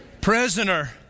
Prisoner